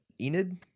enid